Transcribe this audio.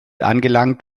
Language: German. angelangt